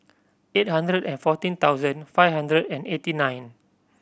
eight hundred and fourteen thousand five hundred and eighty nine